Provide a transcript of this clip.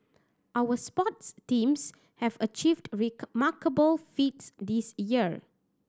our sports teams have achieved remarkable feats this year